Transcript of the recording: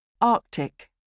Arctic